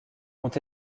ont